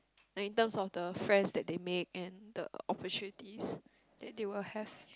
and in terms of the friends that they make and the opportunities that they will have